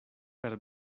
per